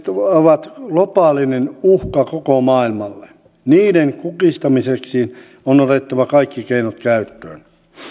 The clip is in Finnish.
ovat globaalinen uhka maailmalle niiden kukistamiseksi on otettava kaikki keinot käyttöön